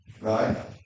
Right